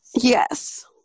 Yes